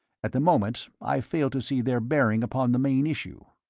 at the moment i fail to see their bearing upon the main issue.